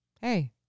Hey